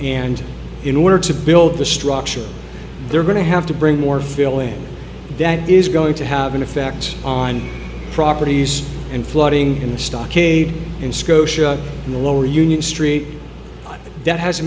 and in order to build the structure they're going to have to bring more fill in that is going to have an effect on properties and flooding in the stockade in scotia in the lower union street that has